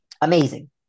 amazing